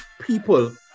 people